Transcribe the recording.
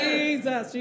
Jesus